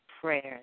prayers